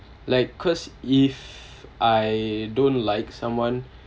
like cause if I don't like someone